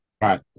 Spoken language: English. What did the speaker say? Right